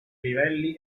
livelli